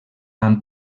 han